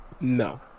No